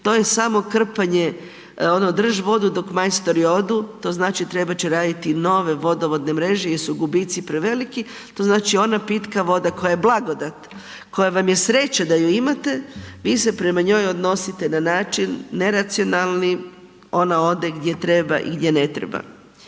to je samo krpanje, ono drž vodu dok majstori odu, to znači trebat će raditi nove vodovodne mreže jel su gubici preveliki, to znači ona pitka voda koja je blagodat, koja vam je sreća da ju imate, vi se prema njoj odnosite na način neracionalni, ona ode gdje treba i gdje ne treba.